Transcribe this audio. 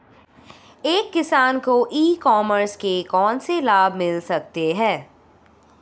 एक किसान को ई कॉमर्स के कौनसे लाभ मिल सकते हैं?